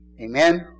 Amen